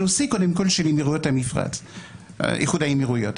הנושא של איחוד האמירויות.